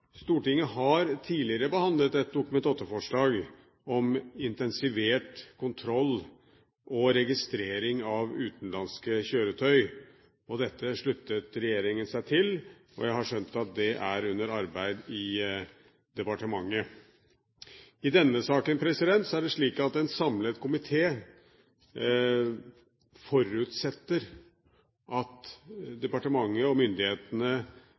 Stortinget har tidligere behandlet et Dokument 8-forslag om intensivert kontroll og registrering av utenlandske kjøretøy. Dette sluttet regjeringen seg til, og jeg har skjønt at det er under arbeid i departementet. I denne saken er det slik at en samlet komité forutsetter at departementet og myndighetene